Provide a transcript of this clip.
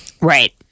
Right